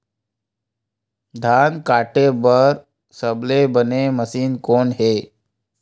धान काटे बार सबले बने मशीन कोन हे?